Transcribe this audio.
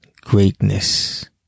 greatness